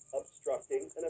obstructing